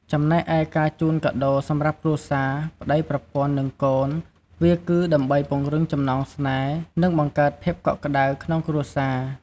ចំណែកឯ ការជូនកាដូរសម្រាប់គ្រួសារ (ប្ដី/ប្រពន្ធ និងកូន) វាគឺដើម្បីពង្រឹងចំណងស្នេហ៍ និងបង្កើតភាពកក់ក្តៅក្នុងគ្រួរសារ។